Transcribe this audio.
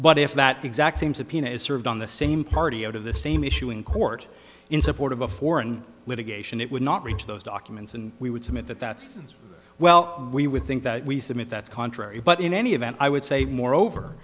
but if that exact same subpoena is served on the same party out of the same issue in court in support of a foreign litigation it would not reach those documents and we would submit that that's well we would think that we submit that's contrary but in any event i would say more over